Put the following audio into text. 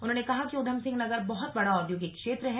उन्होंने कहा कि उधमसिंह नगर बहुत बड़ा औद्योगिक क्षेत्र है